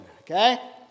okay